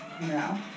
No